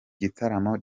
gitaramo